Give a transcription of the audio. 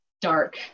dark